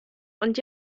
und